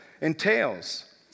entails